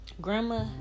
grandma